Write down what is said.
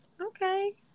Okay